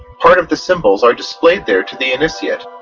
part of the symbols are displayed there to the initiate,